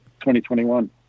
2021